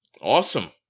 Awesome